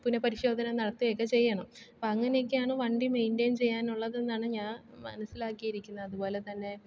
പുനഃപരിശോധന നടത്തുകയും ഒക്കെ ചെയ്യണം അപ്പോൾ അങ്ങനെയൊക്കെ ആണ് വണ്ടി മെയിൻൻ്റൈൻ ചെയ്യാനുള്ളതെന്നാണ് ഞാൻ മനസ്സിലാക്കിയിരിക്കുന്നത് അതുപോലെതന്നെ